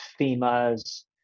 FEMA's